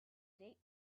date